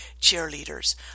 cheerleaders